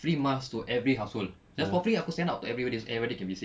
free masks to every household just for free ah aku send out to everybody everybody can be safe